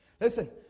Listen